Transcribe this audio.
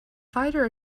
fighter